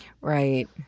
Right